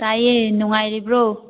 ꯇꯥꯏꯌꯦ ꯅꯨꯡꯉꯥꯏꯔꯤꯕ꯭ꯔꯣ